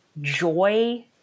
joy